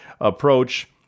approach